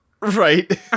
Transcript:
Right